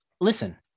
Listen